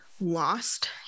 lost